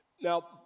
Now